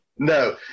No